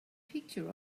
picture